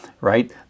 right